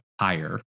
higher